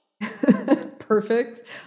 Perfect